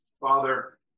Father